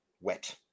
Wet